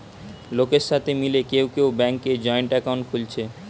লোকের সাথে মিলে কেউ কেউ ব্যাংকে জয়েন্ট একাউন্ট খুলছে